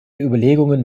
überlegungen